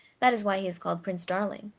that is why he is called prince darling.